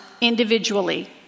individually